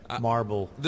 marble